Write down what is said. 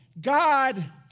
God